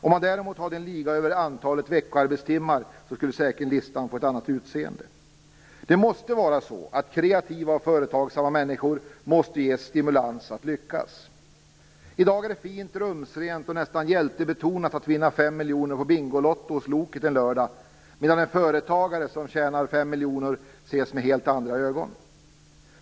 Om det däremot fanns en liga med antalet veckoarbetstimmar skulle säkerligen listan få ett annat utseende. Det måste vara så att kreativa och företagsamma människor ges stimulans att lyckas. I dag är det fint, rumsrent och nästan hjältebetonat att vinna 5 miljoner på Bingolotto hos Loket en lördag, medan en företagare som tjänar 5 miljoner ses med helt andra ögon.